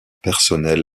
personnel